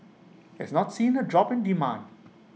has not seen A drop in demand